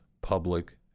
public